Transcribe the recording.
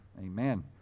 amen